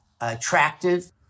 attractive